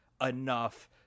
enough